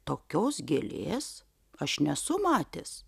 tokios gėlės aš nesu matęs